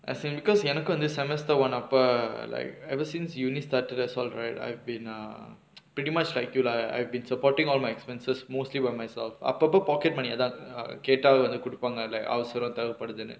I think because எனக்கு வந்து:enakku vanthu semester one அப்ப:appe err like ever since university started that's all right I've been err pretty much like you lah like I've been supporting all my expenses mostly by myself அப்பப்போ:appappo pocket money எதாவது:ethaavathu err கிட்டே வந்து வந்து குடுப்பாங்க:kitta vanthu vanthu kudupaanga like அவசரோ தேவபடுதுன்னு:avasaro thevapaduthunnu